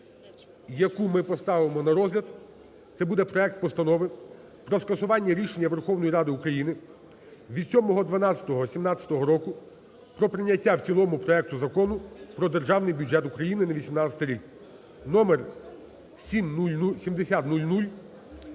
яку ми поставимо на розгляд, - це буде проект Постанови про скасування рішення Верховної Ради України від 07.12.2017 року про прийняття в цілому проекту Закону "Про Державний бюджет України на 2018 рік" (номер 7000).